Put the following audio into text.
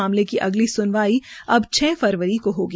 मामले की अगली सुनवाई अब छ फरवरी हो होगी